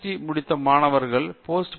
முடித்த மாணவர்கள் post pH